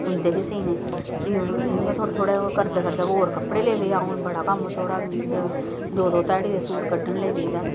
उं'दे बी सीने फ्ही इ'यां थोह्ड़ा थोह्ड़ा करदे करदे होर कपड़े लगी पे औन बड़ा कम्म थोह्ड़ा दो दो ध्याड़ी दे सूट कड्ढन लगी पेई तां